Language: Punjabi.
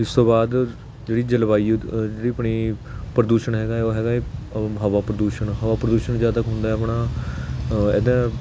ਇਸ ਤੋਂ ਬਾਅਦ ਜਿਹੜੀ ਜਲਵਾਯੂ ਜਿਹੜੀ ਆਪਣੀ ਪ੍ਰਦੂਸ਼ਣ ਹੈਗਾ ਉਹ ਹੈਗਾ ਏ ਹਵਾ ਪ੍ਰਦੂਸ਼ਣ ਹਵਾ ਪ੍ਰਦੂਸ਼ਣ ਜ਼ਿਆਦਾ ਹੁੰਦਾ ਆਪਣਾ ਇਹਦਾ